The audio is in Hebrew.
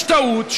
יש טעות,